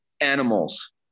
animals